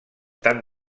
tant